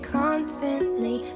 constantly